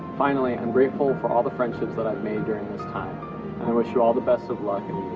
finally, and grateful for all the friendships that i've made during this time, and i wish you all the best of luck in